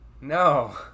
No